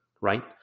right